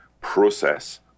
process